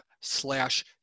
slash